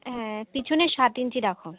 হ্যাঁ পিছনে সাত ইঞ্চি রাখুন